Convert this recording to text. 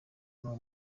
nuwo